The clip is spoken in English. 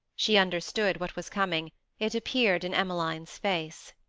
she understood what was coming it appeared in emmeline's face.